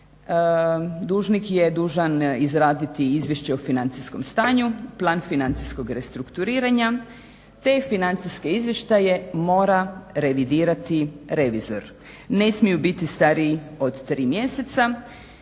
dužnik je dužan izraditi izvješće o financijskom stanju, plan financijskog restrukturiranja. Te financijske izvještaje mora revidirati revizor. Ne smiju biti stariji od 3 mjeseca